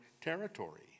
territory